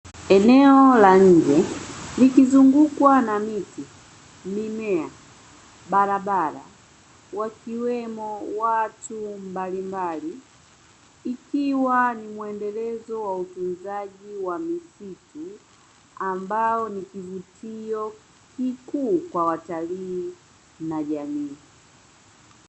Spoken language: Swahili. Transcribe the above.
Eneo la nje likizungumzwa na miti, mimea, barabara wakiwemo watu mbalimbali, ikiwa ni muendelezo wa utunzaji wa misitu, ambao ni kivutio kikuu kwa watalii na jamii.